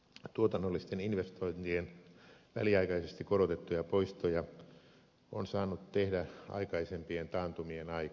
tuotannollisten investointien väliaikaisesti korotettuja poistoja on saanut tehdä aikaisempien taantumien aikana